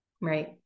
right